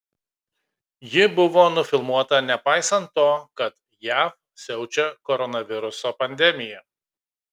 ji buvo nufilmuota nepaisant to kad jav siaučia koronaviruso pandemija